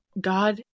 God